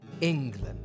England